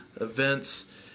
events